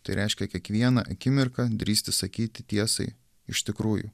tai reiškia kiekvieną akimirką drįsti sakyti tiesai iš tikrųjų